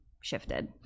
shifted